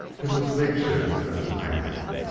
it was a big ship that was landing,